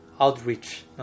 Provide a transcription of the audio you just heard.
outreach